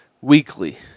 weekly